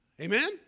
Amen